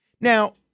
Now